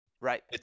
Right